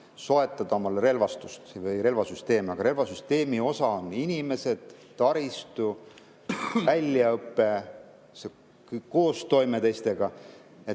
soetada relvastust või relvasüsteeme, siis relvasüsteemi osa on ka inimesed, taristu, väljaõpe, koostoime teistega,